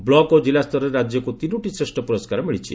ବ୍ଲୁକ ଓ ଜିଲ୍ଲାସ୍ତରରେ ରାଜ୍ୟକୁ ତିନୋଟି ଶ୍ରେଷ୍ଠ ପୁରସ୍କାର ମିଳିଛି